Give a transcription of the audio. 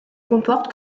comporte